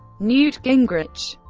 newt gingrich